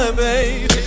baby